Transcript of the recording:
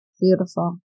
beautiful